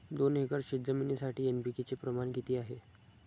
दोन एकर शेतजमिनीसाठी एन.पी.के चे प्रमाण किती आहे?